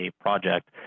project